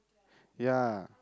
ya